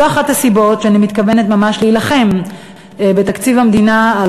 זו אחת הסיבות שאני מתכוונת ממש להילחם בתקציב המדינה על